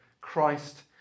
Christ